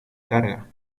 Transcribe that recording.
carga